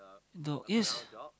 though is